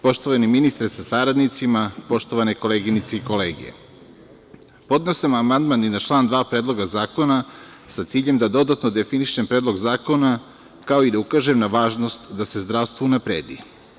Poštovani ministre sa saradnicima, poštovane koleginice i kolege, podneo sam amandman i na član 2. Predloga zakona sa ciljem da dodatno definišem Predlog zakona, kao i da ukažem na važnost da se zdravstvo unapredi.